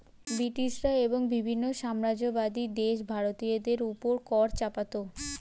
ব্রিটিশরা এবং বিভিন্ন সাম্রাজ্যবাদী দেশ ভারতীয়দের উপর কর চাপাতো